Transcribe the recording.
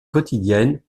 quotidienne